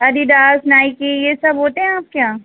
الی داس نائکی یہ سب ہوتے ہیں آپ کے یہاں